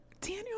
daniel